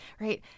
right